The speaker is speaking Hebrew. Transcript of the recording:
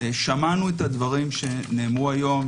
שמענו את הדברים שנאמרו היום,